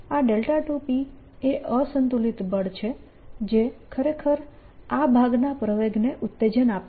આ 2p એ અસંતુલિત બળ છે જે ખરેખર આ ભાગના પ્રવેગને ઉત્તેજન આપે છે